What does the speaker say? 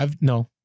No